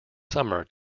summer